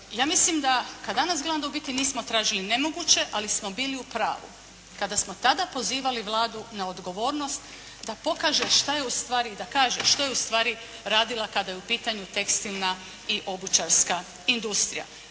Ja mislim da kad danas gledam da u biti nismo tražili nemoguće, ali smo bili u pravu kada smo tada pozivali Vladu na odgovornost da pokaže šta je u stvari i da kaže što je u stvari radila kada je u pitanju tekstilna i obućarska industrija.